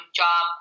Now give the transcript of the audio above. job